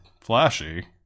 flashy